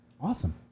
Awesome